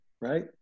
right